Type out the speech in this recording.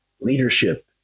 leadership